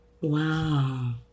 Wow